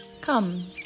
Come